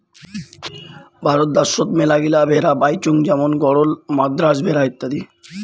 ভারত দ্যাশোত মেলাগিলা ভেড়া পাইচুঙ যেমন গরল, মাদ্রাজ ভেড়া ইত্যাদি